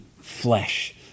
flesh